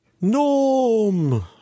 Norm